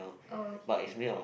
oh okay